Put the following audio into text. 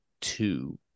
two